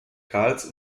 karls